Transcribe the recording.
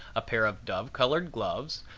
a pair of dove colored gloves,